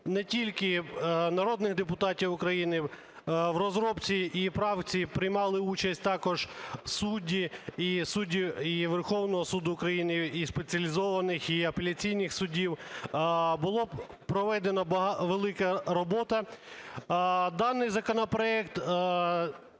не тільки народних депутатів України, в розробці і правці приймали участь також судді, і судді і Верховного Суду України і спеціалізованих, і апеляційних судів. Була проведена велика робота. Даний законопроект